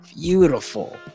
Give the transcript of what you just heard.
beautiful